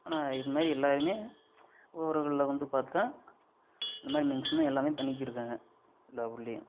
ஆனால் இதுமாரி எல்லாருமே ஊருகளில் வந்து பார்த்தா இந்த மாதிரி மேக்சிமம் எல்லாருமே பண்ணிக்கிட்ருக்காங்க எல்லா ஊர்லேயும்